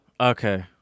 Okay